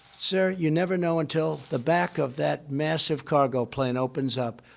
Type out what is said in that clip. sir, you never know until the back of that massive cargo plane opens up.